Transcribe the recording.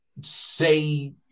say